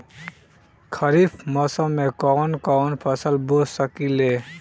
खरिफ मौसम में कवन कवन फसल बो सकि ले?